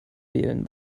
wählen